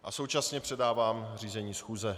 A současně předávám řízení schůze.